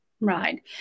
Right